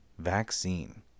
Vaccine